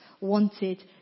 wanted